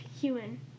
human